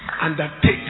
undertake